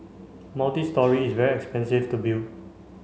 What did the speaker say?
multistory is very expensive to build